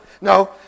no